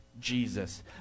Jesus